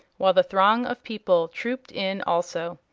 while the throng of people trooped in also.